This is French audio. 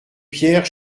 pierre